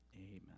amen